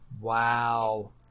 wow